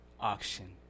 auction